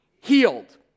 Healed